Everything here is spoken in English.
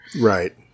Right